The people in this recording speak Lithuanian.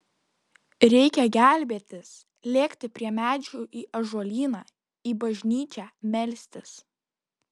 reikia gelbėtis lėkti prie medžių į ąžuolyną į bažnyčią melstis